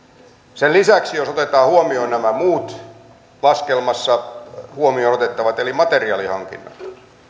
sen lisäksi jos otetaan huomioon nämä muut laskelmassa huomioon otettavat eli materiaalihankinnat